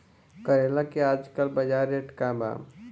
करेला के आजकल बजार रेट का बा?